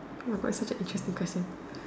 oh my god it's such an interesting question